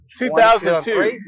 2002